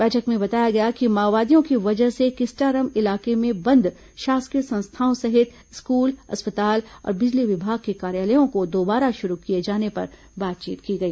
बैठक में बताया गया कि माओवादियों की वजह से किस्टारम इलाके में बंद शासकीय संस्थाओं सहित स्कूल अस्पताल और बिजली विभाग के कार्यालयों को दोबारा शुरू किए जाने पर बातचीत की गई